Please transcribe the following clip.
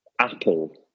Apple